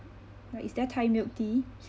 like is there thai milk tea